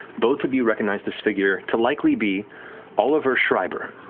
both of you recognize this figure to likely be oliver schreiber,